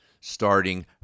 starting